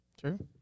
True